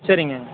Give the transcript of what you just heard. சரிங்க